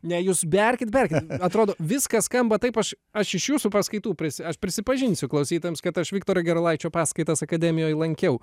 ne jūs berkit berkit atrodo viskas skamba taip aš aš iš jūsų paskaitų prisi aš prisipažinsiu klausytojams kad aš viktoro gerulaičio paskaitas akademijoj lankiau